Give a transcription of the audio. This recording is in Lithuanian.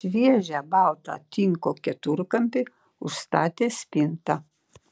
šviežią baltą tinko keturkampį užstatė spinta